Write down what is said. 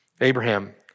Abraham